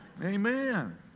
Amen